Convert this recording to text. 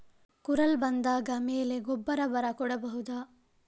ಕುರಲ್ ಬಂದಾದ ಮೇಲೆ ಗೊಬ್ಬರ ಬರ ಕೊಡಬಹುದ?